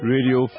Radio